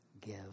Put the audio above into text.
give